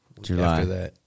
July